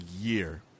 year